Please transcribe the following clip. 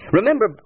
Remember